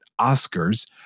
Oscars